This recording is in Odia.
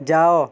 ଯାଅ